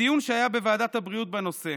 בדיון שהיה בוועדת הבריאות בנושא,